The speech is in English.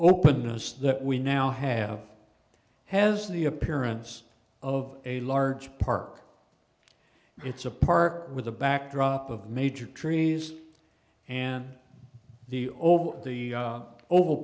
openness that we now have has the appearance of a large park it's a park with a backdrop of major trees and the over the oval